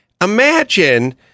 Imagine